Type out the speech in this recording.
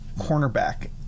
cornerback